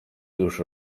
już